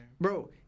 Bro